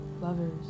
lovers